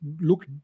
look